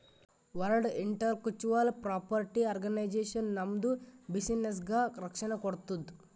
world intellectual property organisation ನಮ್ದು ಬಿಸಿನ್ನೆಸ್ಗ ರಕ್ಷಣೆ ಕೋಡ್ತುದ್